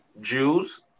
Jews